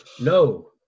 No